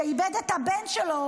שאיבד את הבן שלו,